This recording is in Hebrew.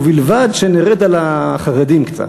ובלבד שנרד על החרדים קצת.